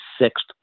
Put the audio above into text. Sixth